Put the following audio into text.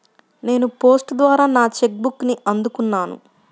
నేను పోస్ట్ ద్వారా నా చెక్ బుక్ని అందుకున్నాను